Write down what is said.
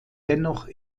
dennoch